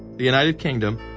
the united kingdom,